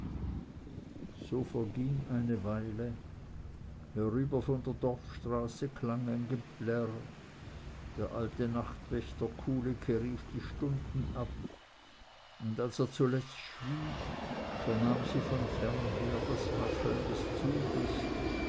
so verging eine weile herüber von der dorfstraße klang ein geplärr der alte nachtwächter kulicke rief die stunden ab und als er zuletzt schwieg vernahm sie von fernher aber immer näher kommend das rasseln des zuges